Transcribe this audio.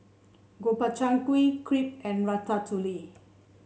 Gobchang Gui Crepe and Ratatouille